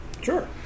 Sure